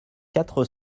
quatre